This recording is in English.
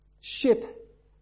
ship